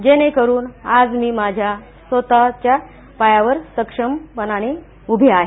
जेणेकरुन आज मी माझ्या स्वतःच्या पायावर सक्षमपणे उभी आहे